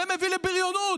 זה מביא לבריונות,